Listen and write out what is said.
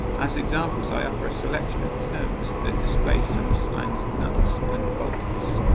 as examples i offer a selection of terms that display some of slang's nuts and bolts.